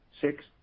six